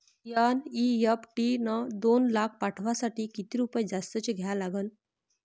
NEFT न दोन लाख पाठवासाठी किती रुपये जास्तचे द्या लागन?